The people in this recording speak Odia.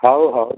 ହଉ ହଉ